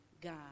God